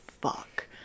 fuck